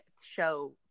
show